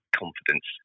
confidence